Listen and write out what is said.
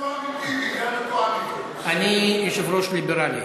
אני יושב-ראש ליברלי.